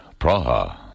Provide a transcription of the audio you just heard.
Praha